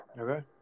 Okay